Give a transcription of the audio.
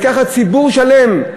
לקחת ציבור שלם,